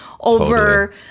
over